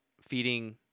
feeding